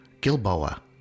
Gilboa